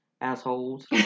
Assholes